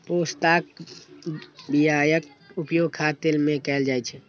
पोस्ताक बियाक उपयोग खाद्य तेल मे कैल जाइ छै